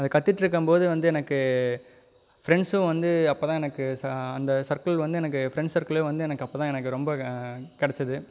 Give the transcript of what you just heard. அதை கத்துகிட்ருக்கும்போது வந்து எனக்கு ஃப்ரெண்ட்ஸும் வந்து அப்போதான் எனக்கு அந்த சர்க்கிள் வந்து எனக்கு ஃப்ரெண்ட்ஸ் சர்க்கிளே வந்து எனக்கு அப்போதான் எனக்கு ரொம்ப கிடச்சிது